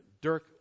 Dirk